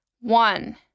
One